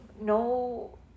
no